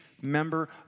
member